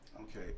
Okay